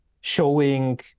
showing